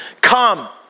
Come